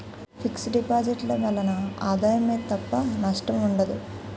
fix deposit ల వలన ఆదాయం మీద తప్ప నష్టం ఉండదు